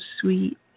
sweet